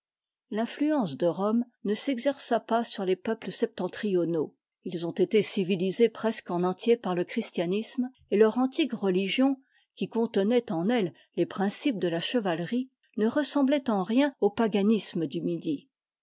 l'influence de rome ne s'exerça pas sur les peuples septentrionaux ils ont été civilisés presque en entier par le christianisme et leur antique religion qui contenait en elle les principes de la chevalerie ne ressemblait en rien au paganisme du midi